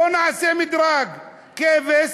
בואו נעשה מדרג: כבש,